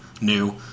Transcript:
new